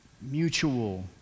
mutual